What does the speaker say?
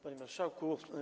Panie Marszałku!